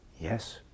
yes